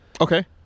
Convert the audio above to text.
okay